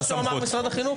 זה נכון מה שאומר משרד החינוך?